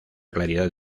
claridad